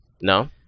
no